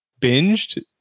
binged